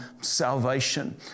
salvation